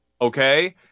okay